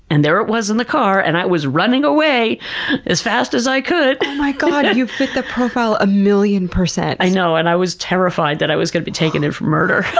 and there it was in the car, and i was running away as fast as i could! oh my god, you fit the profile a million percent! i know, and i was terrified that i was going to be taken in for murder.